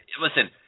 listen